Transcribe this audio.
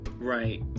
Right